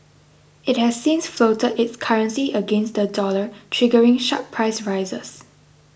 it has since floated its currency against the dollar triggering sharp price rises